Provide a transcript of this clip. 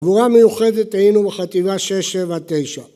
גבורה מיוחדת היינו בחטיבה 679